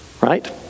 right